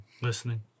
Listening